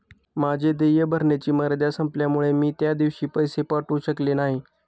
माझे देय भरण्याची मर्यादा संपल्यामुळे मी त्या दिवशी पैसे पाठवू शकले नाही